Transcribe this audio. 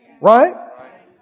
right